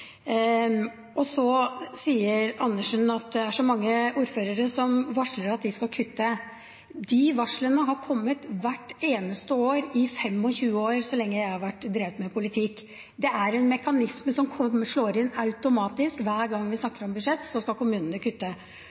er så mange ordførere som varsler at de skal kutte. De varslene har kommet hvert eneste år i 25 år så lenge jeg har drevet med politikk. Det er en mekanisme som slår inn automatisk: Hver gang vi snakker om budsjett, skal kommunene kutte.